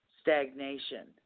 stagnation